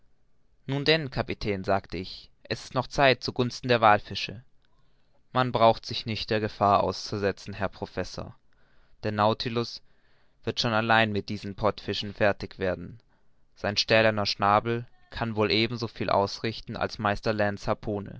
nun denn kapitän sagte ich es ist noch zeit zu gunsten der wallfische man braucht sich nicht der gefahr auszusetzen herr professor der nautilus wird schon allein mit diesen pottfischen fertig werden sein stählerner schnabel kann wohl eben so viel ausrichten als meister